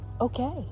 okay